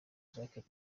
jacques